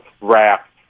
wrapped